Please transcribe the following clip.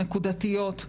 נקודתיות,